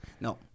No